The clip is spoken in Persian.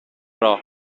راه